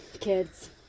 Kids